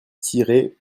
tirez